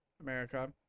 America